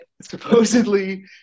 supposedly